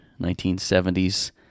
1970s